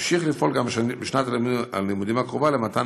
נמשיך לפעול גם בשנת הלימודים הקרובה למתן